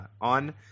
on